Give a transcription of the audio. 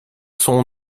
son